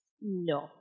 No